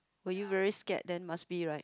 were you very scared then must be right